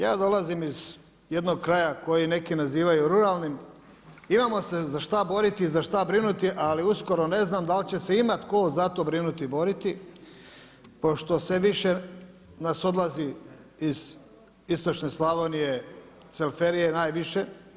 Ja dolazim iz jednog kraja koji neki nazivaju ruralnim, imamo se za šta boriti i za šta brinuti, ali uskoro ne znam dal će se imati tko za to brinuti i boriti pošto sve više odlazi iz Istočne Slavonije, Cvelferije najviše.